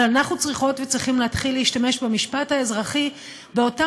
אבל אנחנו צריכות וצריכים להתחיל להשתמש במשפט האזרחי באותם